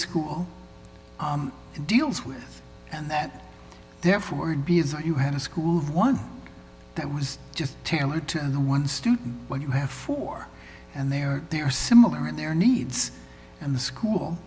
school deals with and that therefore you had a school of one that was just tailored to the one student where you have four and they are there similar in their needs and the school